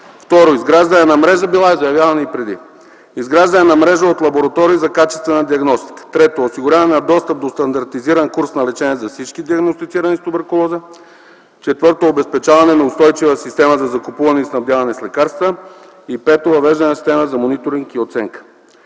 ратификацията на това споразумение днес. Второ, изграждане на мрежа от лаборатории за качествена диагностика. Трето, осигуряване на достъп до стандартизиран курс на лечение за всички диагностицирани с туберкулоза. Четвърто, обезпечаване на устойчива система за закупуване и снабдяване с лекарства. Пето, въвеждане на система за мониторинг и оценка.